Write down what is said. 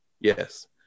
Yes